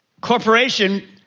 corporation